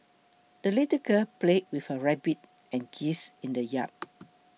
the little girl played with her rabbit and geese in the yard